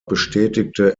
bestätigte